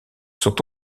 sont